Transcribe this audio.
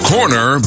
Corner